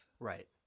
Right